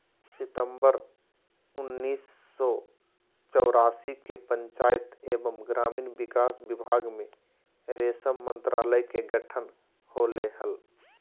सितंबर उन्नीस सो चौरासी के पंचायत एवम ग्रामीण विकास विभाग मे रेशम मंत्रालय के गठन होले हल,